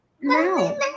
No